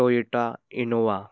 Toyota Innova